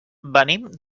venim